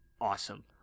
awesome